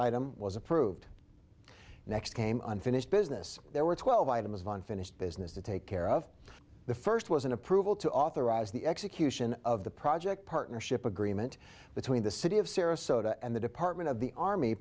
item was approved next came unfinished business there were twelve items of unfinished business to take care of the first was an approval to authorize the execution of the project partnership agreement between the city of sarasota and the department of the army